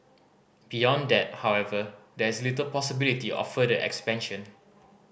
beyond that however there is little possibility of further expansion